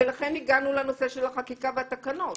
ולכן הגענו לנושא של החקיקה והתקנות.